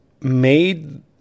made